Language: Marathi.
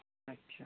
अच्छा